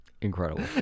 Incredible